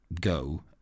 go